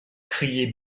criait